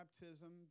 baptism